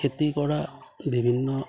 খেতি কৰা বিভিন্ন